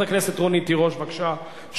חברת הכנסת רונית תירוש, בבקשה.